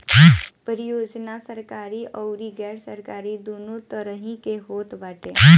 परियोजना सरकारी अउरी गैर सरकारी दूनो तरही के होत बाटे